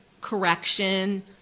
correction